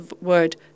word